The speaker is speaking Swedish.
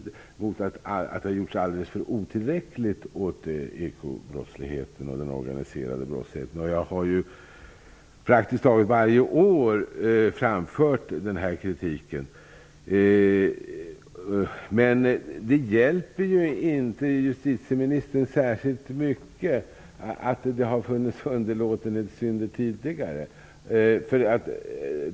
Jag har kritiserat att det gjorts alldeles otillräckligt åt ekobrottsligheten och den organiserade brottsligheten. Jag har praktiskt taget varje år framfört den här kritiken. Det hjälper inte justitieministern särskilt mycket att det har funnits underlåtenhetssynder tidigare.